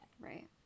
right